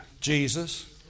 Jesus